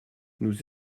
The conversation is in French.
nous